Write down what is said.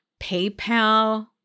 PayPal